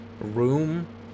room